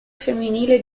femminile